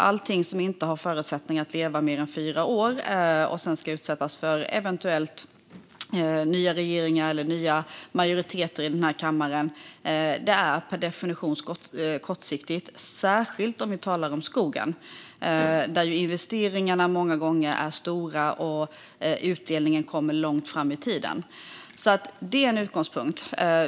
Allting som inte har förutsättningar att leva mer än fyra år och som sedan ska utsättas för eventuellt nya regeringar eller nya majoriteter i denna kammare är per definition kortsiktigt. Det gäller särskilt om vi talar om skogen, där investeringarna många gånger är stora och utdelningen kommer långt fram i tiden. Det är alltså en utgångspunkt.